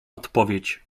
odpowiedź